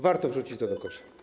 Warto wrzucić to do kosza.